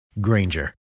Granger